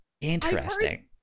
Interesting